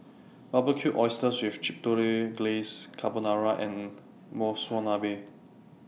Barbecued Oysters with Chipotle Glaze Carbonara and Monsunabe